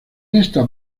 esta